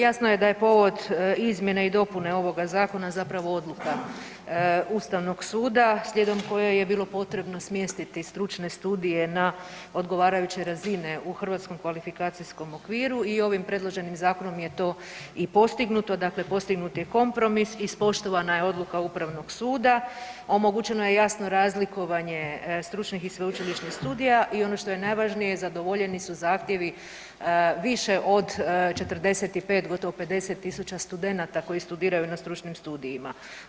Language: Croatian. Jasno je da je povod izmjene i dopune ovoga zakona zapravo oduka Ustavnog suda, slijedom koje je bilo potrebno smjestiti stručne studije na odgovarajuće razine u HKO-u i ovim predloženim zakonom je to i postignuto, dakle postignut je kompromis, ispoštovana je odluka upravnog suda, omogućeno je jasno razlikovanje stručnih i sveučilišnih studija i ono što je najvažnije, zadovoljeni su zahtjevi više od 45, gotovo 50 000 studenata koji studiraju na stručnim studijama.